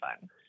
fun